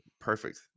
Perfect